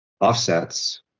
offsets